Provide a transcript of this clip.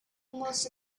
most